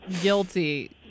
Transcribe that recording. guilty